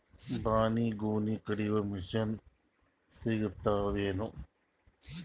ಬಾಳಿಗೊನಿ ಕಡಿಯು ಮಷಿನ್ ಸಿಗತವೇನು?